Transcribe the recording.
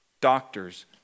doctors